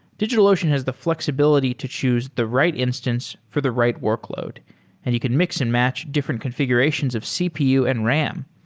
digitalocean has the fl exibility to choose the right instance for the right workload and he could mix-and-match different confi gurations of cpu and ram.